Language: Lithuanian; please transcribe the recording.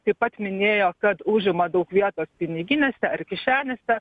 taip pat minėjo kad užima daug vietos piniginėse ar kišenėse